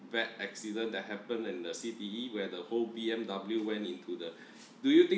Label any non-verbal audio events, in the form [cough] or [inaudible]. bad accident that happened in the C_T_E where the whole B_M_W went into the [breath] do you think